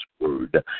word